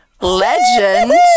Legend